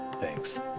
Thanks